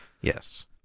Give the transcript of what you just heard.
Yes